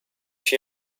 she